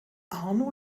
arno